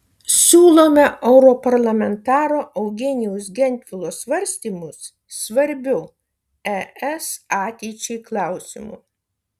siūlome europarlamentaro eugenijaus gentvilo svarstymus svarbiu es ateičiai klausimu